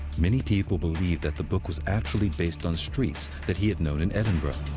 many people believe that the book was actually based on streets that he had known in edinburgh.